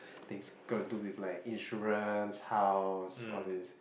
things got to do with like insurance house all these